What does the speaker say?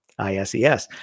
ISES